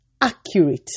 Accurate